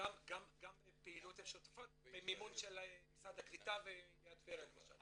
אבל גם בפעילויות השוטפות במימון של משרד הקליטה ועיריית טבריה למשל.